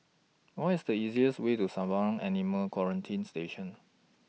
What IS The easiest Way to Sembawang Animal Quarantine Station